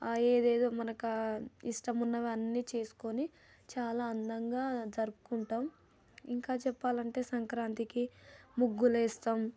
ఆ ఏదేదో మనకి ఇష్టమున్నవన్నీ చేసుకుని చాలా అందంగా జరుపుకుంటాం ఇంకా చెప్పాలంటే సంక్రాంతికి ముగ్గులేస్తాం